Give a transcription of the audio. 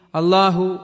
Allahu